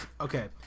okay